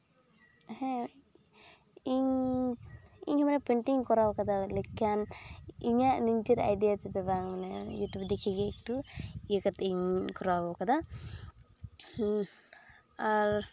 ᱦᱮᱸ ᱤᱧ ᱤᱧ ᱢᱟᱱᱮ ᱯᱮᱱᱴᱤᱝᱤᱧ ᱠᱚᱨᱟᱣ ᱠᱟᱫᱟ ᱢᱮᱱᱠᱷᱟᱱ ᱤᱧᱟᱹᱜ ᱱᱤᱡᱮᱨᱟᱜ ᱟᱭᱰᱤᱟ ᱛᱮᱫᱚ ᱵᱟᱝ ᱢᱟᱱᱮ ᱤᱭᱩᱴᱩᱵ ᱫᱮᱠᱷᱮ ᱜᱮ ᱮᱠᱴᱩ ᱤᱭᱟᱹ ᱠᱟᱛᱮᱧ ᱠᱚᱨᱟᱣ ᱠᱟᱫᱟ ᱟᱨ